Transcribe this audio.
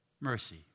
mercy